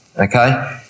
okay